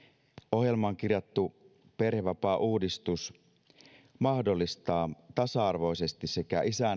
ohjelmaan kirjattu perhevapaauudistus mahdollistaa tasa arvoisesti sekä isän